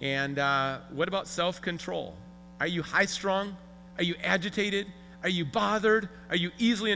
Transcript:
and what about self control are you high strong are you agitated are you bothered